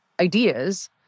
ideas